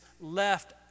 left